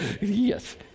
yes